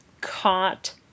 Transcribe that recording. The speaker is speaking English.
caught